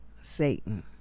Satan